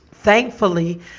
Thankfully